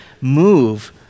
move